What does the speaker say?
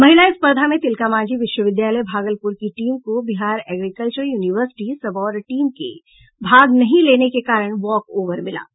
महिला स्पर्धा में तिलका मांझी विश्वविद्यालय भागलपुर की टीम को Bihar agricultural university Sabour team के भाग नहीं लेने के कारण वॉकओवर मिला है